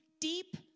deep